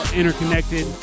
interconnected